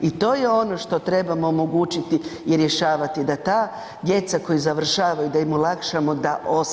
I to je ono što trebamo omogućiti i rješavati da ta djeca koja završavaju, da im olakšamo da ostanu.